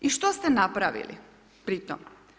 I što ste napravili pri tom?